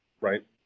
right